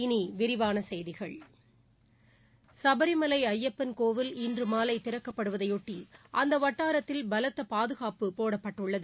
இனி விரிவான செய்திகள் சுபரிமலை ஜயப்பன் கோவில் இன்று மாலை திறக்கப்படுவதையொட்டி அந்த வட்டாரத்தில் பலத்த பாதுகாப்பு போடப்பட்டுள்ளது